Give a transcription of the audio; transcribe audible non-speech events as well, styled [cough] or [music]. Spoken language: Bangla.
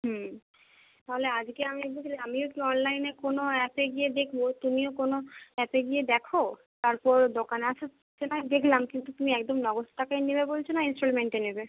হুম তাহলে আজকে আমি [unintelligible] আমিও একটু অনলাইনে কোনো অ্যাপে গিয়ে দেখবো তুমিও কোনো অ্যাপে গিয়ে দেখো তারপর দোকানে আসো সে নয় দেখলাম কিন্তু তুমি একদম নগদ টাকায় নেবে বলছো না ইন্সটলমেন্টে নেবে